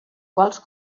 quals